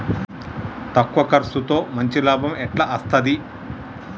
తక్కువ కర్సుతో మంచి లాభం ఎట్ల అస్తది?